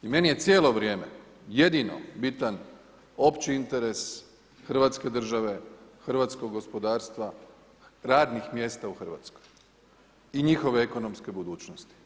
I meni je cijelo vrijeme jedino bitan opći interes Hrvatske države, hrvatskog gospodarstva, radnih mjesta u Hrvatskoj i njihove ekonomske budućnosti.